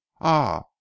Ah